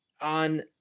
on